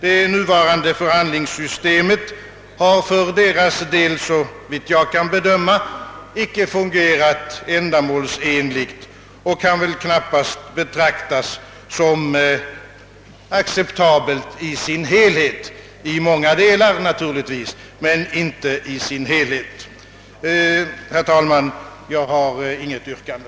Det nuvarande förhandilingssystemet har för deras del, såvitt jag kan bedöma, icke fungerat ändamålsenligt och kan knappast i sin helhet betraktas som acceptabelt, även om det i många delar är det. Herr talman! Jag har inget yrkande